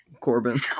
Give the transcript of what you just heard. Corbin